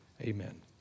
Amen